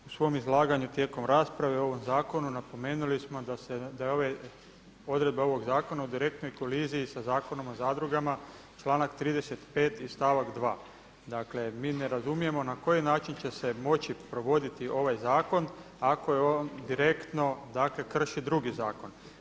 U svom izlaganju tijekom rasprave o ovom zakonu napomenuli smo da je odredba ovog zakona u direktnoj koliziji sa Zakonom o zadrugama, članak 35. stavak 2. Dakle mi ne razumijemo na koji način će se moći provoditi ovaj zakon ako on direktno krši drugi zakon.